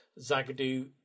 Zagadu